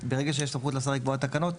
ברגע שיש סמכות לשר לקבוע תקנות,